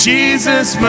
Jesus